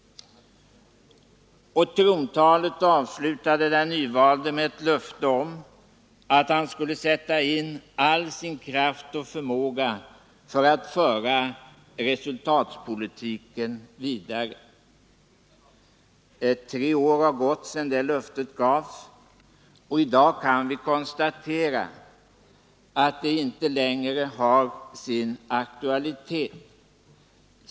Och den nyvalde avslutade trontalet med ett löfte om att han skulle sätta in all sin ”kraft och förmåga” för att föra resultatpolitiken vidare. Tre år har gått sedan det löftet gavs, och i dag kan vi konstatera att löftet inte längre har aktualitet.